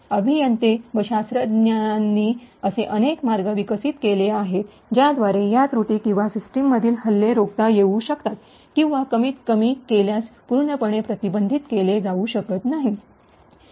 अभियंते व शास्त्रज्ञांनी असे अनेक मार्ग विकसित केले आहेत ज्याद्वारे या त्रुटी किंवा सिस्टमवरील हल्ले रोखता येऊ शकतात किंवा कमीतकमी कमी केल्यास पूर्णपणे प्रतिबंधित केले जाऊ शकत नाही